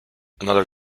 another